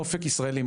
אופק ישראלי,